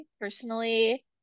personally